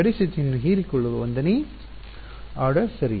ಗಡಿ ಸ್ಥಿತಿಯನ್ನು ಹೀರಿಕೊಳ್ಳುವ 1 ನೇ ಆದೇಶ ಸರಿ